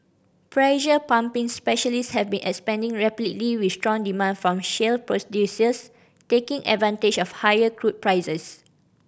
pressure pumping specialists have been expanding rapidly with strong demand from shale producers taking advantage of higher crude prices